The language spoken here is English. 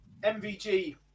MVG